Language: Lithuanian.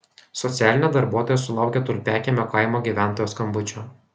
socialinė darbuotoja sulaukė tulpiakiemio kaimo gyventojos skambučio